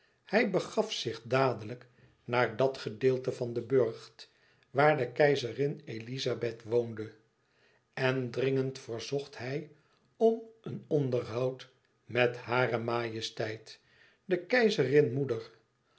hij begaf zich dadelijk naar dat gedeelte van den burcht waar de keizerin elizabeth woonde en dringend verzocht hij om een onderhoud met hare majesteit de keizerin moeder